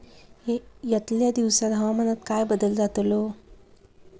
यतल्या दिवसात हवामानात काय बदल जातलो?